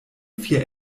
vier